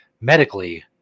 medically